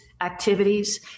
activities